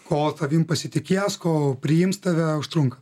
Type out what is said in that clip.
kol tavimi pasitikės kol priims tave užtrunka